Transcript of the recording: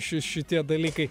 ši šitie dalykai